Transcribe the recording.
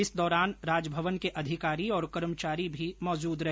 इस दौरान राजभवन के अधिकारी और कर्मचारी भी मौजूद रहे